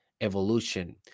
evolution